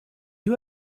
you